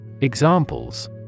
Examples